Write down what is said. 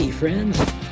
Friends